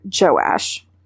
Joash